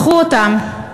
קחו אותם.